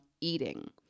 eating